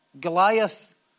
Goliath